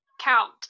count